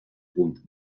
punt